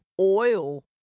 oil